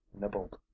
nibbled